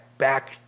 back